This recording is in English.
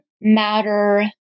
matter